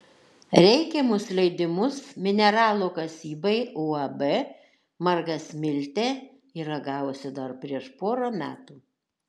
reikiamus leidimus mineralo kasybai uab margasmiltė yra gavusi dar prieš porą metų